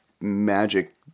magic